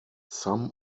some